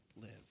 live